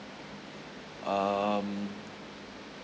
um